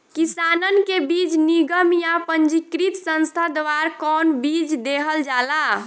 किसानन के बीज निगम या पंजीकृत संस्था द्वारा कवन बीज देहल जाला?